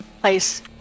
place